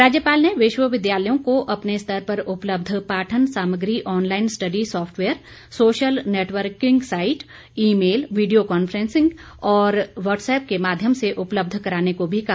राज्यपाल ने विश्वविद्यालयों को अपने स्तर पर उपलब्ध पाठन सामग्री online study software social networking site email video conference ओर व्हाट्सऐप के माध्यम से उपलब्ध कराने को भी कहा